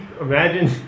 imagine